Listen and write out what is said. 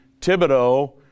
Thibodeau